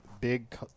Big